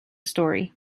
story